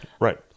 Right